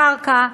הקרקע,